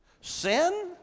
Sin